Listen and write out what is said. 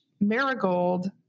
marigold